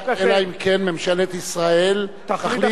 אלא אם כן ממשלת ישראל תחליט,